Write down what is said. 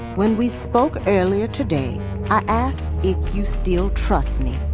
when we spoke earlier today i asked if you still trust me.